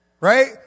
right